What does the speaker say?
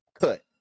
cut